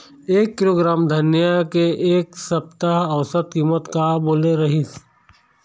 एक किलोग्राम धनिया के एक सप्ता औसत कीमत का बोले रीहिस?